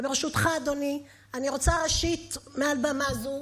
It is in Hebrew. וברשותך, אדוני, אני רוצה, ראשית, מעל במה זו,